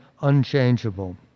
unchangeable